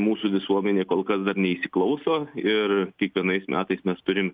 mūsų visuomenė kol kas dar neįsiklauso ir kiekvienais metais mes turim